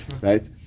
right